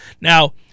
Now